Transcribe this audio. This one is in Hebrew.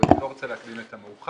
אבל אני לא רוצה להקדים את המאוחר,